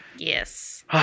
Yes